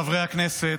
חברי הכנסת,